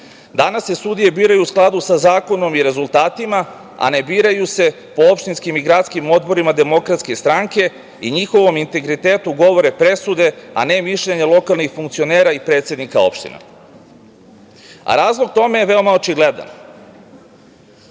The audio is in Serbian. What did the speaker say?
Danas se sudije biraju u skladu sa zakonom i rezultatima, a ne biraju se po opštinskim i gradskim odborima DS i njihovom integritetu govore presude a ne mišljenja lokalnih funkcionera i predsednika opština. Razlog tome je veoma očigledan.